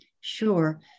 Sure